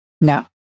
No